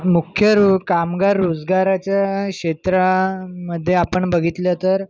मुख्य रो कामगार रोजगाराच्या क्षेत्रामध्ये आपण बघितलं तर